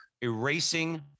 erasing